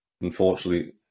unfortunately